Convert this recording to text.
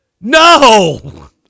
No